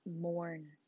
mourn